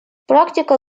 практика